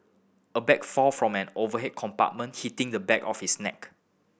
a bag fall from an overhead compartment hitting the back of his neck